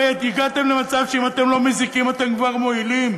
הגעתם למצב שאם אתם לא מזיקים אתם כבר מועילים?